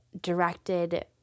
directed